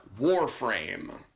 Warframe